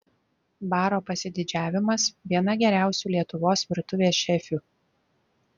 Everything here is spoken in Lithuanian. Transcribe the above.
baro pasididžiavimas viena geriausių lietuvos virtuvės šefių